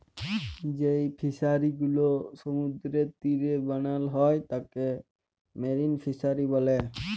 যেই ফিশারি গুলো সমুদ্রের তীরে বানাল হ্যয় তাকে মেরিন ফিসারী ব্যলে